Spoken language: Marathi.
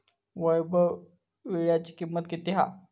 वैभव वीळ्याची किंमत किती हा?